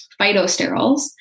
phytosterols